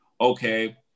okay